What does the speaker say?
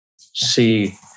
see